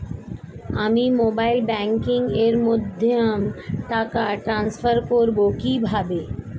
আমি mobile banking এর মাধ্যমে টাকা টান্সফার করব কিভাবে?